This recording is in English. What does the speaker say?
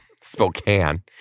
Spokane